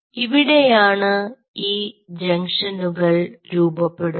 ഇവിടെയാണ് ഈ ജംഗ്ഷനുകൾ രൂപപ്പെടുന്നത്